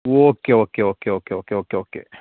okay okay okay okay okay okay okay